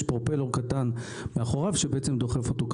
יש פרופלור קטן מאחוריו שבעצם דוחף אותו קדימה.